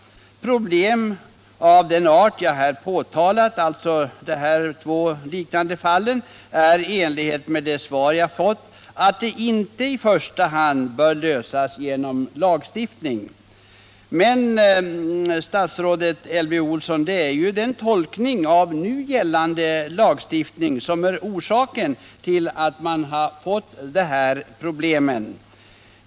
Problem av den art jag här påtalat, alltså dessa två liknande fall, bör enligt det svar jag fått inte i första hand lösas genom lagstiftning. Men, statsrådet Elvy Olsson, det är ju tolkningen av nu gällande lag som är orsaken till att man fått dessa problem.